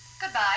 Goodbye